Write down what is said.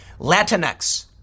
Latinx